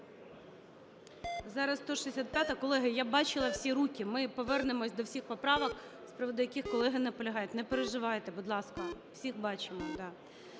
Зараз – 165-а. Колеги, я бачила всі руки, ми повернемось до всіх поправок, з приводу яких колеги наполягають. Не переживайте, будь ласка. Всіх бачимо.